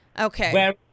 okay